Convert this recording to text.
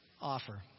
offer